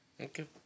Okay